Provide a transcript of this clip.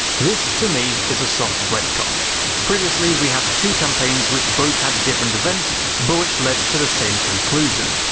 this to me is a soft retcon previously we had two campaigns which both had different events but which lead to the same conclusion.